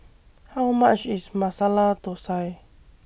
How much IS Masala Thosai